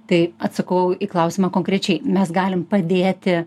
tai atsakau į klausimą konkrečiai mes galim padėti